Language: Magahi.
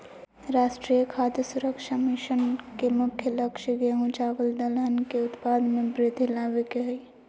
राष्ट्रीय खाद्य सुरक्षा मिशन के मुख्य लक्ष्य गेंहू, चावल दलहन के उत्पाद में वृद्धि लाबे के हइ